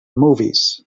movies